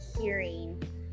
hearing